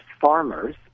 farmers